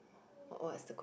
what is the question